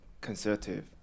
conservative